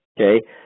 Okay